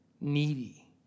needy